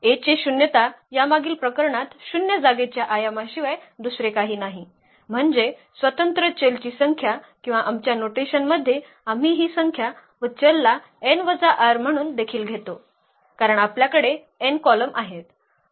A चे शून्यता या मागील प्रकरणात शून्य जागेच्या आयामाशिवाय दुसरे काही नाही म्हणजे स्वतंत्र चलची संख्या किंवा आमच्या नोटेशनमध्ये आम्ही ही संख्या व चलला n वजा R म्हणून देखील घेतो कारण आपल्याकडे n कॉलम आहेत